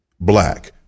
black